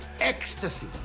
ecstasy